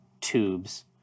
tubes